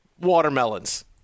watermelons